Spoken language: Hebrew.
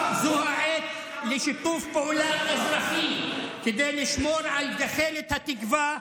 זו העת לשיתוף פעולה אזרחי כדי לשמור על גחלת התקווה.